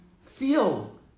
feel